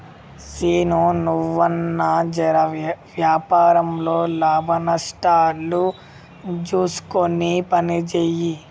సీనూ, నువ్వన్నా జెర వ్యాపారంల లాభనష్టాలు జూస్కొని పనిజేయి